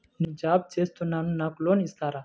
నేను జాబ్ చేస్తున్నాను నాకు లోన్ ఇస్తారా?